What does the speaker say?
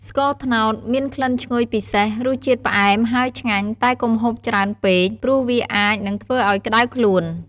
ស្ករត្នោត មានក្លិនឈ្ងុយពិសេស រសជាតិផ្អែមហើយឆ្ងាញ់តែកុំហូបច្រើនពេក ព្រោះវាអាចនឹងធ្វើឱ្យក្ដៅខ្លួន។